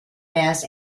best